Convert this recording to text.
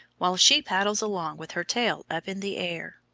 while she paddles along with her tail up in the air.